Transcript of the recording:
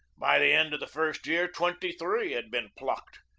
by the end of the first year twenty-three had been plucked.